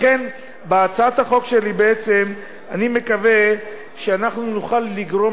לכן בהצעת החוק שלי בעצם אני מקווה שאנחנו נוכל לגרום